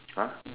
!huh!